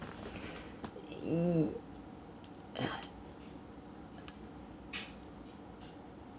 ah